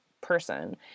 person